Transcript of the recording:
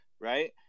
right